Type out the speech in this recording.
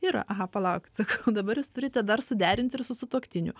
yra aha palaukit sakau dabar jūs turite dar suderinti ir su sutuoktiniu